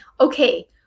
okay